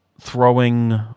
throwing